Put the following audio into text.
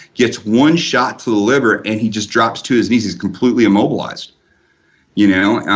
gets one shot to the liver and he just drops to his knees, he's completely immobilized you know.